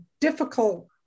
difficult